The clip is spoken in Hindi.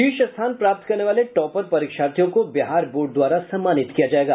शीर्ष स्थान प्राप्त करने वाले टॉपर परीक्षार्थियों को बिहार बोर्ड द्वारा सम्मानित किया जायेगा